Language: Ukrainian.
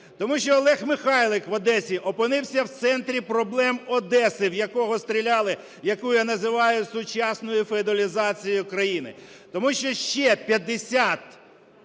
Тому що Олег Михайлик в Одесі опинився в центрі проблем Одеси, в якого стріляли, яку я називаю сучасною феодалізацією країни. Тому що ще 50